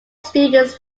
students